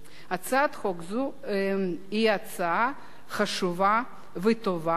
הצעת חוק זו היא הצעה חשובה וטובה.